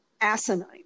asinine